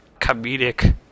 comedic